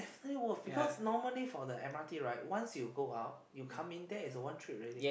definitely worth because normally for the m_r_t right once you go out you come in that is a one trip already